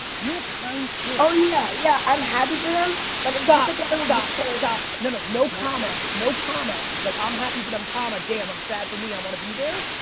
you're a kind kid. oh yeah, yeah. i'm happy for them but stop, like ah stop, stop. no, no, no comma, no comma. like i'm happy for them, damn, i'm sad for me. i wanna be there.